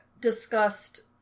discussed